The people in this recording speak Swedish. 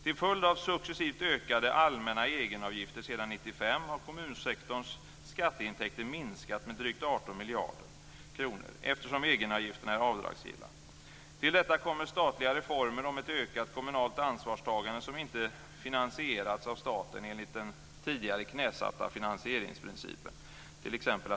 Till följd av successivt ökade allmänna egenavgifter sedan 1995 har kommunsektorns skatteintäkter minskat med drygt 18 miljarder kronor, eftersom egenavgifterna är avdragsgilla. Till detta kommer statliga reformer om ett ökat kommunalt ansvarstagande som inte finansierats av staten enligt den tidigare knäsatta finansieringsprincipen, t.ex.